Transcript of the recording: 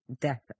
death